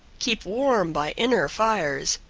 keep warm by inner fires,